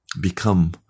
become